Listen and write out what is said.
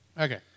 Okay